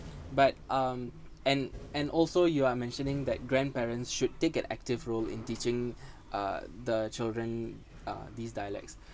but um and and also you are mentioning that grandparents should take an active role in teaching uh the children uh these dialects